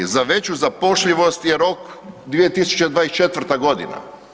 Za veću zapošljivost je rok 2024. godina.